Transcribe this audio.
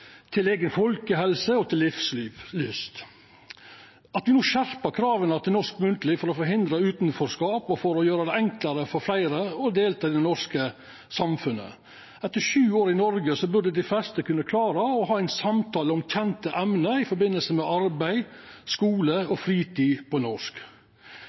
til folkehelse og til livslyst. Me må skjerpa krava til norsk munnleg for å forhindra utanforskap og for å gjera det enklare for fleire å delta i det norske samfunnet. Etter sju år i Noreg burde dei fleste kunna klara å ha ein samtale om kjende emne i forbindelse med arbeid, skule og fritid på norsk.